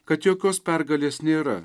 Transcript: kad jokios pergalės nėra